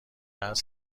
هست